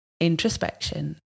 introspection